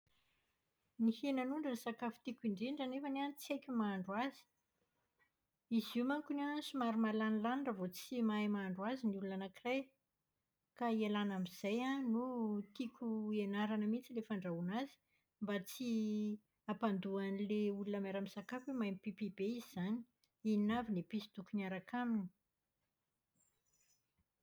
Ny henan'ondry no sakafo tiako indrindra nefany an tsy haiko ny mahandro azy. Izy io mankony an somary malanilany rehefa tsy mahay mahandro azy ny olona anakiray. Ka ialàna amin'izay no tiako ianarana mihitsy ilay fandrahoana azy mba tsy hampandoa an'ilay olona miara-misakafo hoe maimbo pipi be izy izany. Inona avy ny episy tokony hiaraka aminy?